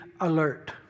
alert